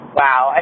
wow